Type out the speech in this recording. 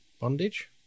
bondage